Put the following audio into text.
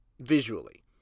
Visually